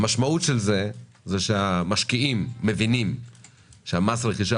המשמעות היא שהמשקיעים מבינים שמס הרכישה